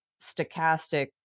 stochastic